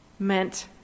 meant